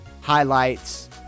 highlights